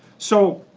so,